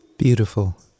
Beautiful